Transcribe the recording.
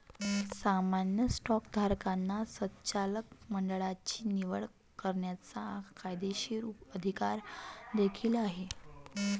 सामान्य स्टॉकधारकांना संचालक मंडळाची निवड करण्याचा कायदेशीर अधिकार देखील आहे